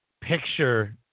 picture